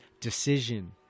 decision